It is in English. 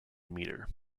metre